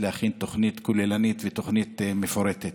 להכין תוכנית כוללנית ותוכנית מפורטת.